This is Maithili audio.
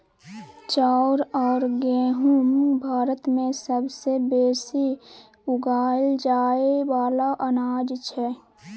चाउर अउर गहुँम भारत मे सबसे बेसी उगाएल जाए वाला अनाज छै